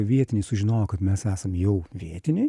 vietiniai sužinojo kad mes esam jau vietiniai